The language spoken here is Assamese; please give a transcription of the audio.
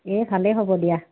এই ভালেই হ'ব দিয়া